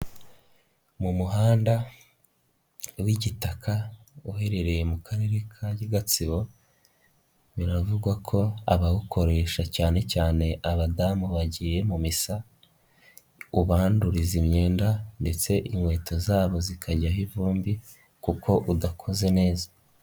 Mu muhanda w'igitaka uherereye mu Karere ka Gatsibo biravugwa ko abawukoresha cyane cyane abadamu bagiye mu misa, ubanduriza imyenda ndetse inkweto zabo zikajyaho ivumbi kuko udakoze neza.